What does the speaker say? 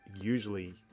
usually